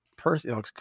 person